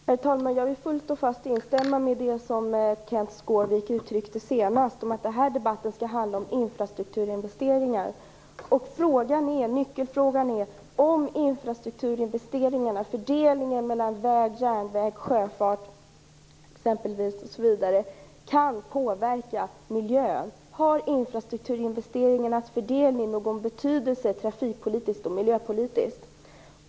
Herr talman! Jag vill fullt och fast instämma i det Kenth Skårvik uttryckte senast, att den här debatten skall handla om infrastrukturinvesteringar. Nyckelfrågan är: Om infrastrukturinvesteringarna, fördelningen mellan väg, järnväg, sjöfart osv. kan påverka miljön har då infrastrukturinvesteringarnas fördelning någon betydelse trafikpolitiskt och miljöpolitiskt?